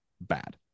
bad